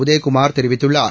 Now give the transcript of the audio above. உதயகுமார் தெரிவித்துள்ளார்